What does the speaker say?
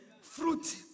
fruit